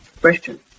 question